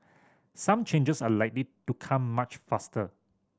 some changes are likely to come much faster